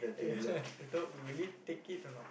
ya lah the dog will it take it or not